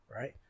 Right